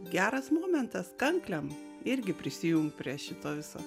geras momentas kanklėm irgi prisijungt prie šito viso